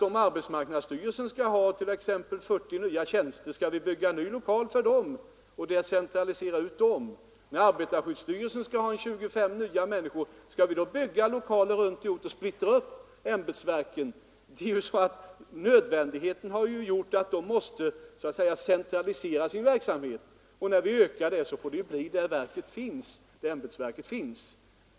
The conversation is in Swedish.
Om arbetsmarknadsstyrelsen vill ha 40 nya tjänster skall vi då bygga nya lokaler och decentralisera ut dem dit? När arbetarskyddsstyrelsen vill ha 25 nya anställda skall vi då bygga lokaler runt om i regionen och splittra ämbetsverket? Nödvändigheten har ju gjort att verken centraliserat sin verksamhet. När vi ökar verksamheten får det ske där ämbetsverket finns.